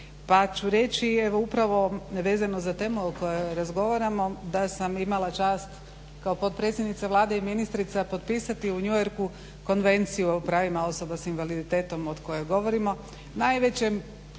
Pa ću reći upravo vezano za temu o kojoj razgovaramo da sam imala čast kao potpredsjednica Vlade i kao ministrica potpisati u New Yorku Konvenciju o pravima osoba s invaliditetom o kojoj govorimo,